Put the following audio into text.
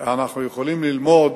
אנחנו יכולים ללמוד,